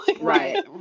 Right